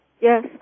Yes